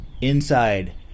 inside